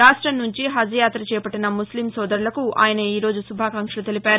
రాష్టం నుంచి హజ్ యాత చేపట్టిన ముస్లిం సోదరులకు ఆయన ఈ రోజు శుభాకాంక్షలు తెలిపారు